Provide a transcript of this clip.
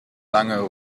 lange